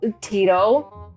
Tito